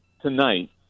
tonight